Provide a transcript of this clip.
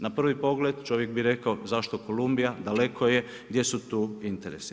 Na prvi pogled čovjek bi rekao, zašto Kolumbija, daleko je, gdje su tu interesi.